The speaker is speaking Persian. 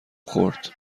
خورد